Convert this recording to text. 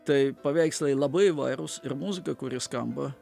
tai paveikslai labai įvairūs ir muzika kuri skamba